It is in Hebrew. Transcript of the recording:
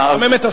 לחמם את הסיום.